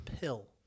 pill